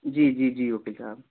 जी जी जी वकील साहब